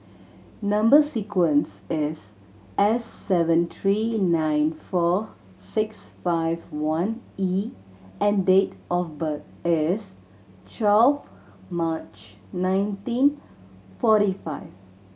number sequence is S seven three nine four six five one E and date of birth is twelve March nineteen forty five